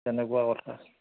তেনেকুৱা কথা